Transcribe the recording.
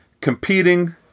competing